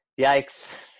yikes